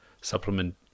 supplement